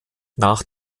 nach